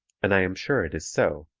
and i am sure it is so,